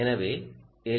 எனவே எல்